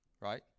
right